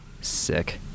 Sick